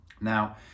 Now